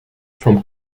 from